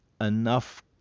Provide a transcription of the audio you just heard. enough